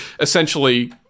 essentially